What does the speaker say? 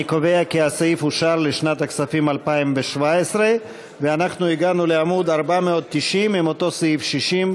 אני קובע כי הסעיף אושר לשנת הכספים 2017. אנחנו הגענו לעמוד 490 עם אותו סעיף 60,